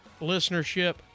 listenership